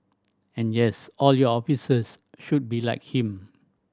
and yes all your officers should be like him